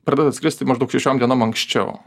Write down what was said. pradeda skristi maždaug šešiom dienom anksčiau